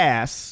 Ass